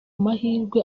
mahirwe